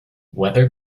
weather